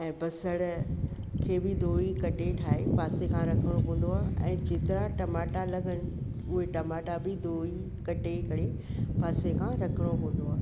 ऐं बसर खे बि धोई कटे ठाहे पासे खां रखणो पवंदो आहे ऐं जेतिरा टमाटा लॻनि उहे टमाटा बि धोई कटे करे पासे खां रखणो पवंदो आहे